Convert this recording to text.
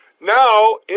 now